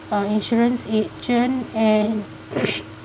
uh insurance agent and